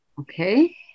Okay